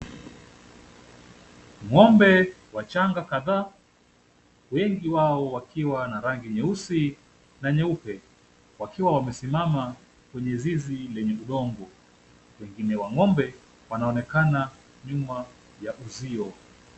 Ng'ombe wachanga kadhaa, wengi wao wakiwa na rangi nyeusi na nyeupe, wakiwa wamesimama kwenye zizi lenye udongo, wengine wa ng'ombe wanaonekana nyuma ya uzio.